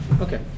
Okay